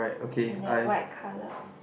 and they're white colour